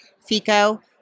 FICO